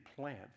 plant